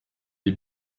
des